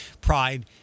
Pride